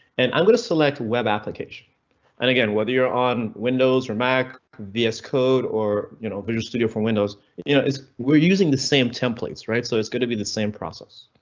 and i'm going to select web application and again, whether you're on windows or mac vs code or you know visual studio for windows you know were using the same templates, right? so it's going to be the same process.